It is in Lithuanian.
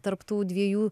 tarp tų dviejų